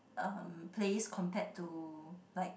um place compared to like